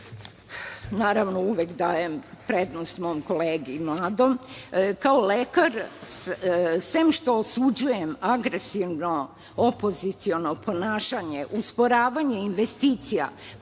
vreme. Naravno, uvek dajem prednost mom kolegi mladom. Kao lekar sem što osuđujem agresivno opoziciono ponašanje, usporavanje investicija,